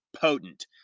potent